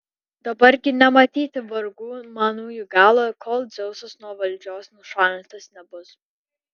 dabar gi nematyti vargų manųjų galo kol dzeusas nuo valdžios nušalintas nebus